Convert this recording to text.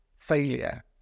failure